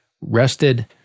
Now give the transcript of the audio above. rested